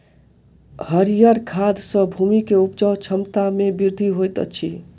हरीयर खाद सॅ भूमि के उपजाऊ क्षमता में वृद्धि होइत अछि